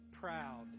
proud